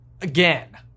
again